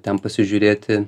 ten pasižiūrėti